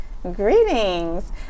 Greetings